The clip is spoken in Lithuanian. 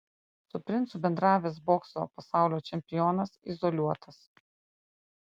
su princu bendravęs bokso pasaulio čempionas izoliuotas